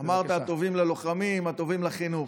אמרת: הטובים ללוחמים, הטובים לחינוך.